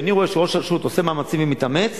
כשאני רואה שראש רשות עושה מאמצים ומתאמץ,